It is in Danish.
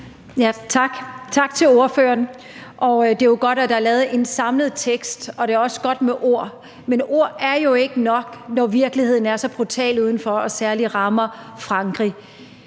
tak til ordføreren. Det er jo godt, at der er lavet en samlet tekst, og det er også godt med ord. Men ord er jo ikke nok, når virkeligheden er så brutal udenfor og særlig rammer Frankrig.